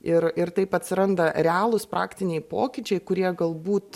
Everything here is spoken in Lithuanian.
ir ir taip atsiranda realūs praktiniai pokyčiai kurie galbūt